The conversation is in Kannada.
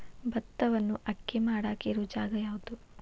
ಭತ್ತವನ್ನು ಅಕ್ಕಿ ಮಾಡಾಕ ಇರು ಜಾಗ ಯಾವುದು?